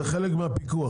זה חלק מהפיקוח?